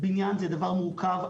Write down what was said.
בניין זה דבר מורכב,